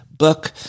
book